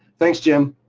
thanks, jim.